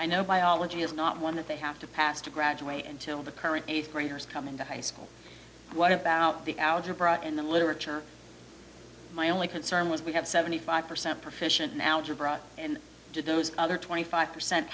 i know biology is not one that they have to pass to graduate until the current eighth graders come into high school what about the algebra in the literature my only concern was we have seventy five percent proficient in algebra and to do those other twenty five percent